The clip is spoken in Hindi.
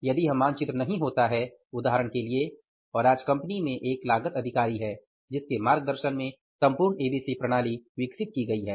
यदि यह मानचित्र नहीं होता है उदाहरण के लिए और आज कंपनी में एक लागत अधिकारी है जिसके मार्गदर्शन में संपूर्ण एबीसी प्रणाली विकसित की गई है